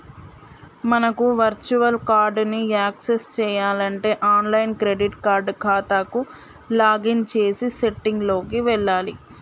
మనకు virtual card ని access చేయాలంటే ఆన్లైన్ క్రెడిట్ కార్డ్ ఖాతాకు లాగిన్ చేసి సెట్టింగ్ లోకి వెళ్లాలి